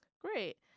Great